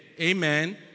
Amen